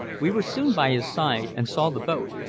we were soon by his side, and saw the boat,